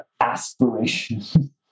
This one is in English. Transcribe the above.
aspiration